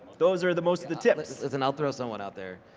those are the most of the tips. listen, i'll throw so one out there,